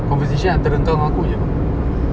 conversation antara engkau dengan aku jer bang